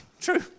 True